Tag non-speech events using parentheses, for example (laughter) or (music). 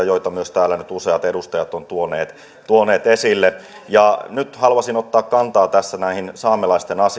(unintelligible) joita myös täällä nyt useat edustajat ovat tuoneet tuoneet esille nyt haluaisin ottaa kantaa tässä saamelaisten